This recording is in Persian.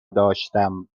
داشتم